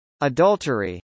Adultery